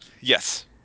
Yes